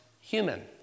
human